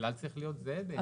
הכלל צריך להיות זהה.